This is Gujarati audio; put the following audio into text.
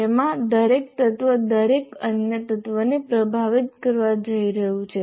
તેમાં દરેક તત્વ દરેક અન્ય તત્વને પ્રભાવિત કરવા જઈ રહ્યું છે